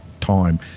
time